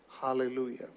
Hallelujah